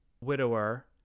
widower